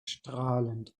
strahlend